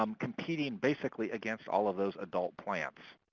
um competing basically against all of those adult plants.